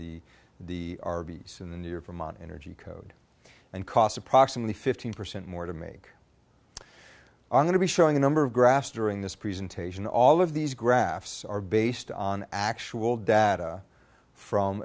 the the arby's in the new year from an energy code and cost approximately fifteen percent more to make i'm going to be showing a number of graphs during this presentation all of these graphs are based on actual data from